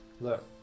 Look